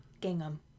Gingham